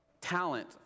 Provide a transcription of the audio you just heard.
talent